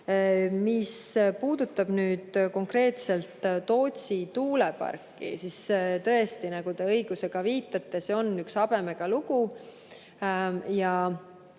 Mis puudutab konkreetselt Tootsi tuuleparki, siis tõesti, nagu te õigusega viitate, see on üks habemega lugu.